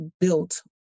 built